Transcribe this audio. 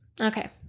Okay